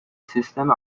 سیستم